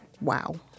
wow